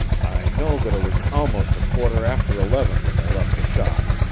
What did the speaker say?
i know that it was almost a quarter after eleven when they left the shop.